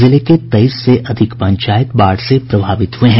जिले के तेईस से अधिक पंचायत बाढ़ से प्रभावित हुए हैं